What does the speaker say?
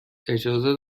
اجازه